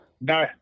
No